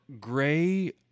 gray